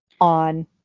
on